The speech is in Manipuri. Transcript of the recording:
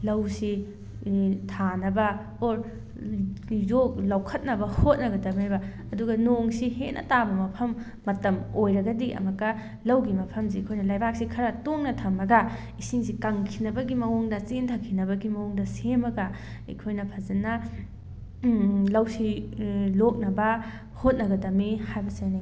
ꯂꯧꯁꯤ ꯊꯥꯅꯕ ꯑꯣꯔ ꯂꯧꯈꯠꯅꯕ ꯍꯣꯠꯅꯒꯗꯕꯅꯦꯕ ꯑꯗꯨꯒ ꯅꯣꯡꯁꯤ ꯍꯦꯟꯅ ꯇꯥꯕ ꯃꯐꯝ ꯃꯇꯝ ꯑꯣꯏꯔꯒꯗꯤ ꯑꯃꯨꯛꯀ ꯂꯧꯒꯤ ꯃꯐꯝꯁꯤ ꯑꯩꯈꯣꯏꯅ ꯂꯩꯕꯥꯛꯁꯤ ꯈꯔ ꯇꯣꯡꯅ ꯊꯝꯃꯒ ꯏꯁꯤꯡꯁꯤ ꯀꯪꯈꯤꯅꯕꯒꯤ ꯃꯑꯣꯡꯗ ꯆꯦꯟꯊꯈꯤꯅꯕꯒꯤ ꯃꯑꯣꯡꯗ ꯁꯦꯝꯃꯒ ꯑꯩꯈꯣꯏꯅ ꯐꯖꯅ ꯂꯧꯁꯤ ꯂꯣꯛꯅꯕ ꯍꯣꯠꯅꯒꯗꯕꯅꯤ ꯍꯥꯏꯕꯁꯤꯅꯤ